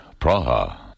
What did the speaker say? Praha